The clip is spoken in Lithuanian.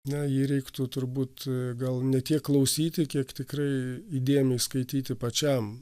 na jei reiktų turbūt gal ne tiek klausyti kiek tikrai įdėmiai skaityti pačiam